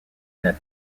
net